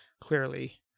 clearly